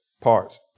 parts